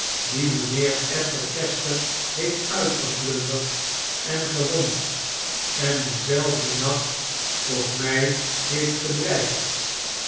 die mijnheer edward chester heeft uitgeplunderd en gewond en dien zelfden nacht ook mij heeft gedreigd